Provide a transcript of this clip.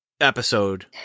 episode